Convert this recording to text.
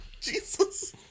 Jesus